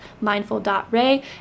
mindful.ray